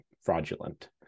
fraudulent